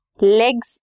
legs